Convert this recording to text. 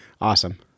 awesome